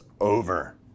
over